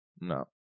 No